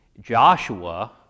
Joshua